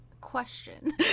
question